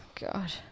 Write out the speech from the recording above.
God